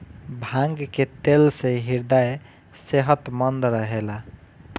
भांग के तेल से ह्रदय सेहतमंद रहेला